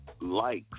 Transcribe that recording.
likes